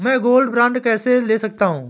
मैं gold bond कैसे ले सकता हूँ?